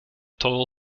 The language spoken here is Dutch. tol